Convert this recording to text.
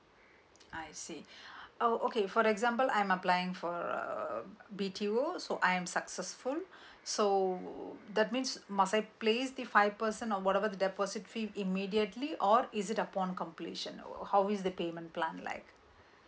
I see oh okay for example I'm applying for a B_T_O so I am successful so that means must I place the five percent or whatever the deposit fee immediately or is it upon completion or how is the payment plan like